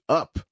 up